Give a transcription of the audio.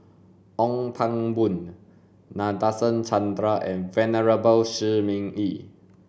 Ong Pang Boon Nadasen Chandra and Venerable Shi Ming Yi